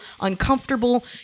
uncomfortable